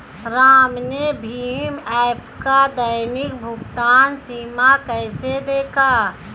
राम ने भीम ऐप का दैनिक भुगतान सीमा कैसे देखा?